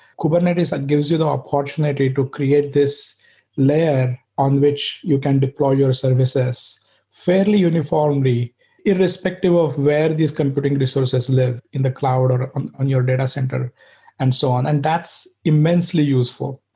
kubernetes gives you the opportunity to create this layer on which you can deploy your services fairly uniformly irrespective of where these computing resources live in the cloud or on on your data center and so on, and that's immensely useful.